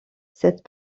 cette